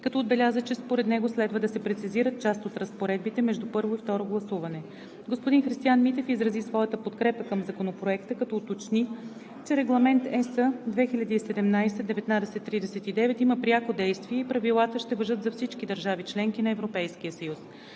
като отбеляза, че според него следва да се прецизират част от разпоредбите между първо и второ гласуване. Господин Христиан Митев изрази своята подкрепа към Законопроекта, като уточни, че Регламент (ЕС) 2017/1939 има пряко действие и правилата ще важат за всички държави – членки на Европейския съюз.